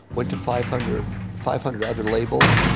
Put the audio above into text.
went to five hundred five hundred other labels,